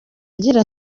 agira